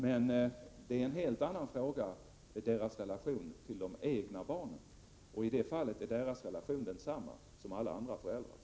Men deras relation till de egna barnen är en helt annan fråga. I det fallet är deras relation densamma som alla andra föräldrars.